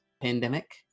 pandemic